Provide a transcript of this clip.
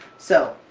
so,